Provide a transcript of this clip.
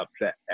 upset